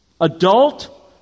Adult